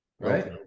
right